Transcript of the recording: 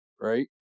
right